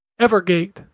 evergate